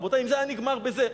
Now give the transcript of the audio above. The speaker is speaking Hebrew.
רבותי, אם זה היה נגמר בזה.